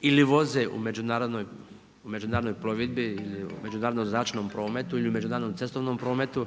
ili voze u međunarodnoj plovidbi ili međunarodnom zračnom prometu ili međunarodnom cestovnom prometu,